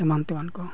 ᱮᱢᱟᱱ ᱛᱮᱢᱟᱱ ᱠᱚ